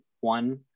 one